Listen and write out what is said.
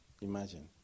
imagine